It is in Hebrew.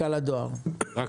הדואר, בבקשה.